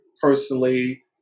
personally